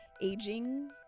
aging